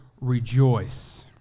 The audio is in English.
rejoice